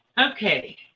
Okay